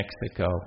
Mexico